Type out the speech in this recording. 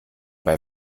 bei